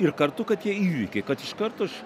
ir kartu kad tie įvykiai kad iškart už